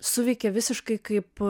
suveikė visiškai kaip